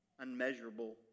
Unmeasurable